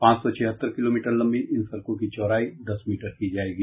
पांच सौ छिहत्तर किलोमीटर लंबी इन सड़कों की चौड़ाई दस मीटर की जायेगी